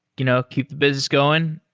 you know keep the business going.